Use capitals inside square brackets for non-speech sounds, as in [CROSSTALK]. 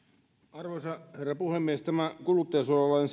arvoisa herra puhemies tämä esitys kuluttajansuojalain [UNINTELLIGIBLE]